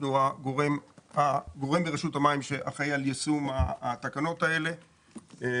אנחנו הגורם ברשות המים שאחראי על יישום התקנות האלה.